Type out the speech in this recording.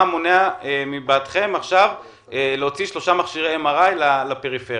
מה מונע מבעדכם להוציא שלושה מכשירי MRI לפריפריה?